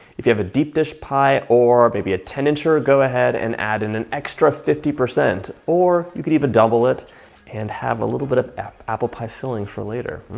if you have a deep dish pie or maybe a ten inch or or go ahead and add an an extra fifty percent or you could even double it and have a little bit of apple pie filling for later.